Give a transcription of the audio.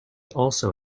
also